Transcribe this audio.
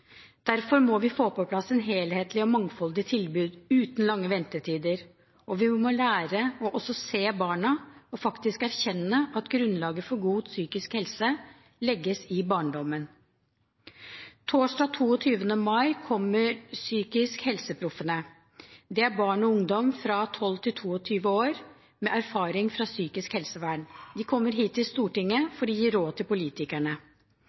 Derfor må vi få på plass et helhetlig og mangfoldig tilbud uten lange ventetider, og vi må også lære å se barna og faktisk erkjenne at grunnlaget for god psykisk helse legges i barndommen. Torsdag 22. mai kommer PsykiskhelseProffene. Det er barn og ungdom mellom 12 og 22 år med erfaring fra psykisk helsevern. De kommer hit til Stortinget for å gi råd til politikerne.